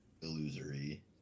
illusory